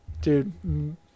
Dude